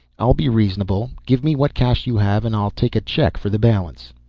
i'll be reasonable, give me what cash you have and i'll take a check for the balance.